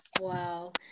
Wow